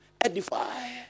edify